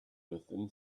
within